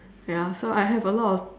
ya so I have a lot of